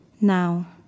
now